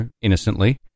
innocently